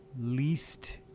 least